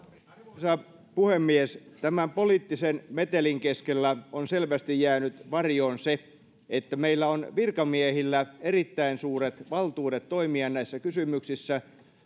arvoisa puhemies tämän poliittisen metelin keskellä on selvästi jäänyt varjoon se että meillä on virkamiehillä erittäin suuret valtuudet toimia näissä kysymyksissä